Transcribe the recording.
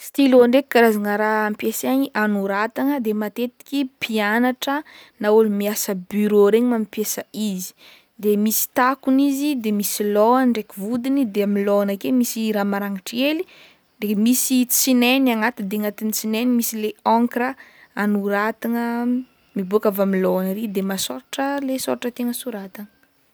Stylo ndraiky karazagna raha ampiasaigny anoratagna de matetiky mpianatra na olo miasa buro regny mampiasa izy de misy takony izy misy lôhany ndraiky vodiny de amy lôhany akeo misy raha marangitry hely de misy tsignainy agnaty de agnatin'ny tsinainy misy le encre anoratagna miboaka avy amy lôha ary de masôratra le sôratra tiagna soratana.